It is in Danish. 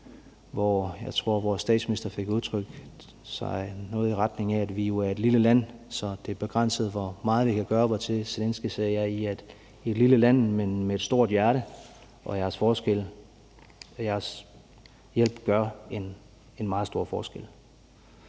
hvor jeg tror, at vores statsminister fik udtrykt sig noget i retning af, at vi jo er et lille land, så det er begrænset, hvor meget vi kan gøre, hvortil Zelenskyj sagde: Ja, I er et lille land, men med et stort hjerte, og jeres hjælp gør en meget stor forskel.